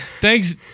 thanks